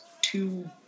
two